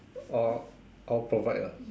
all all provide lah